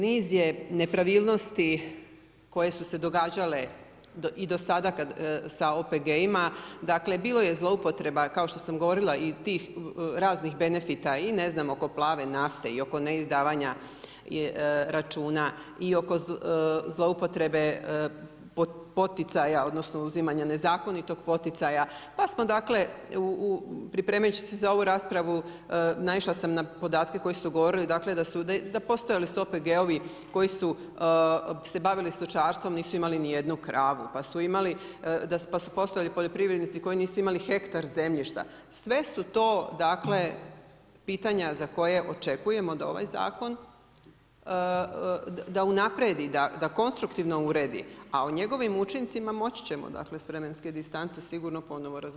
Niz je nepravilnosti koje su se događale i do sada sa OPG-ima, dakle bilo je zloupotreba kao što sam govorila i tih raznih benefita i ne znam oko plave nafte i oko neizdavanja računa i oko zloupotrebe poticaja odnosno uzimanja nezakonitog poticaja, pa smo pripremajući se za ovu raspravu naišla sam na podatke koji su govorili da su postojali OPG-ovi koji su se bavili stočarstvom nisu imali nijednu kravu, pa su postojali poljoprivrednici koji nisu imali hektar zemljišta, sve su to pitanja za koja očekujemo da ovaj zakon, da unaprijedi, da konstruktivno uredi, a o njegovim učincima, moći ćemo s vremenske distance sigurno ponovo razgovarati.